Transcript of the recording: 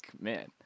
man